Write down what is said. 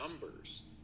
numbers